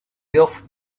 geoff